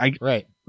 Right